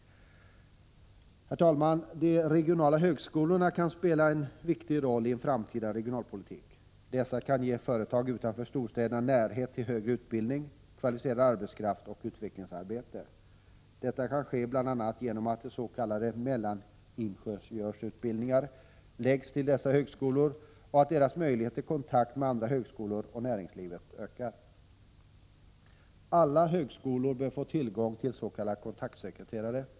Herr talman! De regionala högskolorna kan spela en viktig roll i en framtida regionalpolitik. Dessa kan ge företag utanför storstäderna närhet till högre utbildning, kvalificerad arbetskraft och utvecklingsarbete. Detta kan ske bl.a. genom att s.k. mellaningenjörsutbildningar läggs till dessa högskolor och att deras möjligheter till kontakt med andra högskolor och näringslivet ökar. Alla högskolor bör få tillgång till s.k. kontaktsekreterare.